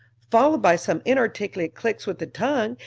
followed by some inarticulate clicks with the tongue,